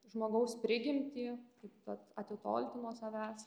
žmogaus prigimtį taip pat atitolti nuo savęs